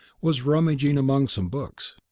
was rummaging among some books.